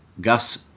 Gus